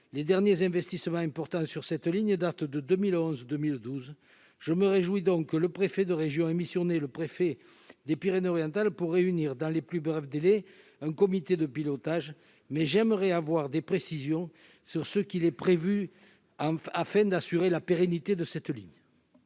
les derniers investissements importants sur cette ligne date de 2011, 2012, je me réjouis donc que le préfet de région missionné le préfet des Pyrénées-Orientales pour réunir dans les plus brefs délais, un comité de pilotage, mais j'aimerais avoir des précisions sur ce qu'il est prévu afin d'assurer la pérennité de cette ligne.